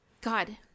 god